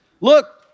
Look